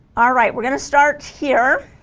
all right we're gonna start here